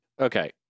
Okay